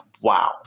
wow